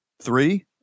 three